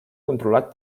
controlat